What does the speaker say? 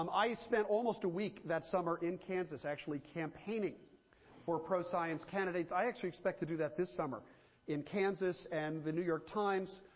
um i spent almost a week that summer in kansas, actually campaigning for pro-science candidates. i actually expect to do that this summer in kansas. and the new york times,